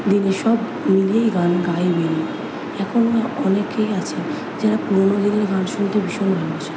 তিনি সব মিলিয়েই গান গাইবেন এখনো অনেকেই আছেন যারা পুরনো দিনের গান শুনতে ভীষণ ভালোবাসে